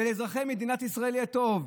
ולאזרחי מדינת ישראל יהיה טוב.